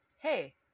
hey